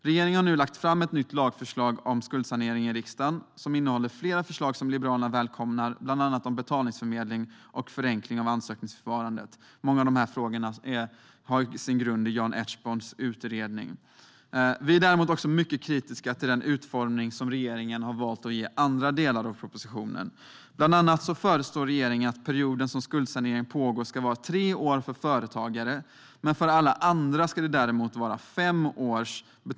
Regeringen har nu lagt fram ett nytt lagförslag om skuldsanering i riksdagen som innehåller flera förslag som Liberalerna välkomnar, bland annat om betalningsförmedling och om förenkling av ansökningsförfarandet. Många av dessa har sin grund i Jan Ertsborns utredning. Vi är däremot mycket kritiska till den utformning som regeringen har valt att ge andra delar av propositionen. Bland annat föreslår regeringen att den period som skuldsaneringen pågår ska vara tre år för företagare, men för alla andra ska den däremot vara fem år.